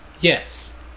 Yes